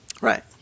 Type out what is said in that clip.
Right